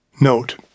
Note